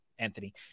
Anthony